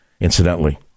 incidentally